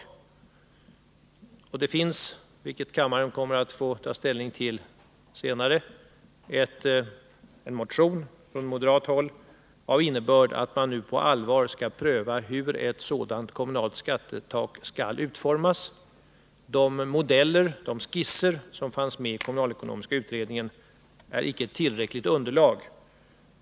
Det finns en motion från moderat håll som kammaren kommer att få ta ställning till senare och som innebär att man nu på allvar skall pröva hur ett sådant kommunalt skattetak skall utformas. De skisser som finns med i kommunalekonomiska utredningen utgör inte tillräckligt underlag.